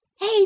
hey